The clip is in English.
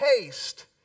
taste